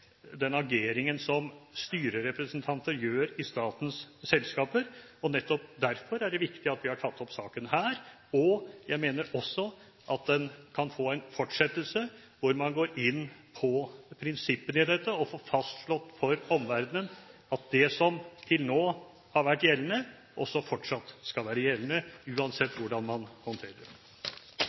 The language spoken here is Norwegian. den ageringen som styrerepresentanter gjør i statens selskaper. Nettopp derfor er det viktig at vi har tatt opp saken her. Jeg mener også at den kan få en fortsettelse, hvor man går inn på prinsippene i dette og får fastslått for omverdenen at det som til nå har vært gjeldende, fortsatt skal være gjeldende, uansett hvordan man håndterer det.